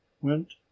went